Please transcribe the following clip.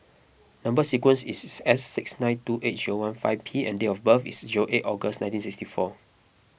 Number Sequence is S six nine two eight zero one five P and date of birth is zero eight August nineteen sixty four